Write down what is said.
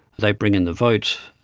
they bring in the vote,